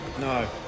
No